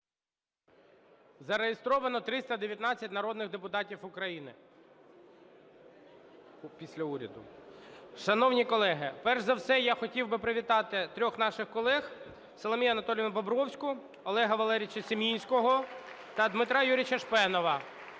Зареєстровано 319 народних депутатів України. Шановні колеги, перш за все, я хотів би привітати трьох наших колег: Соломію Анатоліївну Бобровську, Олега Валерійовича Семінського та Дмитра Юрійовича Шпенова,